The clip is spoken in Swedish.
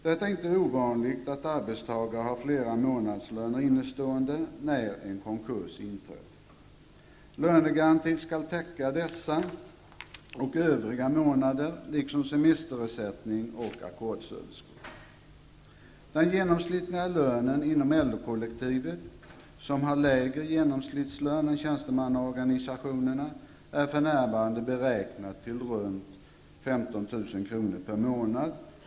Det är inte ovanligt att arbetstagare har flera månadslöner innestående när en konkurs inträffar. Lönegarantin skall täcka dessa och övriga månader liksom semesterersättning och ackordsöverskott. Den genomsnittliga lönen inom LO-kollektivet, som har lägre genomsnittslön än tjänstemannaorganisationerna, är för närvarande beräknad till runt 15 000 kr. per månad.